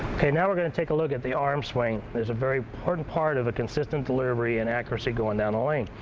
okay, now we're going to take a look at the arm swing. it's a very important and part of a consistent delivery and accuracy going down the lane.